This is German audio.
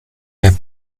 der